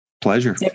Pleasure